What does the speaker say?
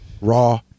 raw